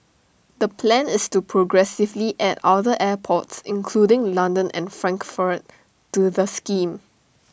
the plan is to progressively add other airports including London and Frankfurt to the scheme